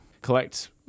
collect